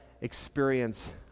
experience